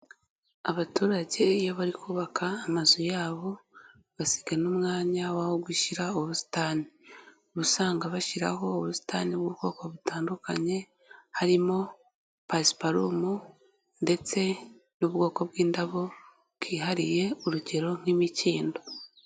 Abaturage iyo bari kubaka amazu yabo, basiga n'umwanya w'aho gushyira ubusitani, uba usanga bashyiraho ubusitani bw'ubwoko butandukanye, harimo pasiparumu ndetse n'ubwoko bw'indabo bwihariye, urugero nk'imikindo.